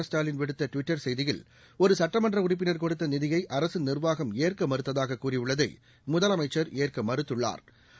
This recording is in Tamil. ஸ்டாலின் விடுத்த டுவிட்டர் செய்தியில் ஒரு சட்டமன்ற உறுப்பினா் கொடுத்த நிதினய அரசு நிர்வாகம் ஏற்க மறுத்ததாக கூறியுள்ளதை முதலமைச்சா் ஏற்க மறுத்துள்ளா்